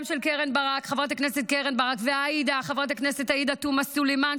גם של חברת הכנסת קרן ברק וחברת הכנסת עאידה תומא סלימאן,